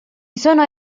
sono